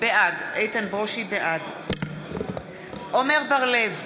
בעד עמר בר-לב,